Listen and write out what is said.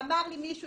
אמר לי מישהו